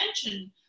attention